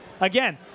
Again